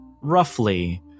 roughly